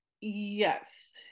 yes